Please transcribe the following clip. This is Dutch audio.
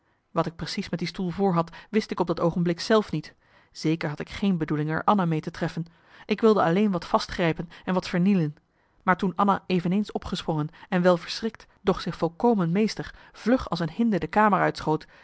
wat ik precies met die stoel voorhad wist ik op dat oogenblik zelf niet zeker had ik geen bedoeling er anna mee te treffen ik wilde alleen wat vastgrijpen en wat vernielen maar toen anna eveneens opgesprongen en wel verschrikt doch zich volkomen meester vlug als een hinde de kamer uitschoot